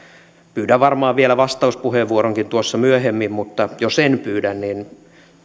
pyydän varmaan vielä vastauspuheenvuoronkin tuossa myöhemmin mutta jos en pyydä niin